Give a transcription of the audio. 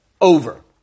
over